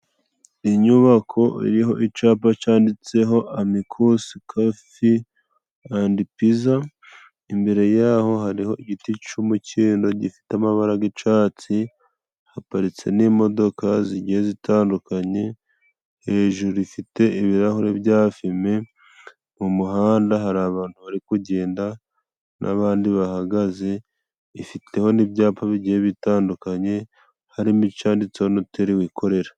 Inyubako iriho icapa canditseho amikusi kofi and pizza imbere yaho hariho igiti c'umukindo gifite amabara g'icatsi. Haparitse n'imodoka zigenda zitandukanye, hejuru rifite ibirahuri bya fime, mu muhanda hari abantu bari kugenda n'abandi bahagaze. Ifiteho n'ibyapa bigiye bitandukanye harimo icanditseho noteli wikorera.